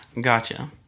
Gotcha